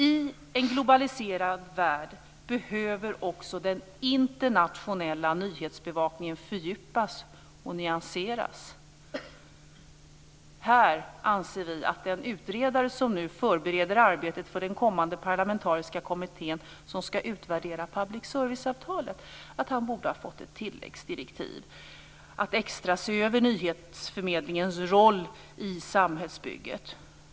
I en globaliserad värld behöver också den internationella nyhetsbevakningen fördjupas och nyanseras. Vi anser att den utredare som nu förbereder arbetet för den kommande parlamentariska kommitté som ska utvärdera public service-avtalet borde ha fått ett tilläggsdirektiv om att extra se över nyhetsförmedlingens roll i samhällsbygget.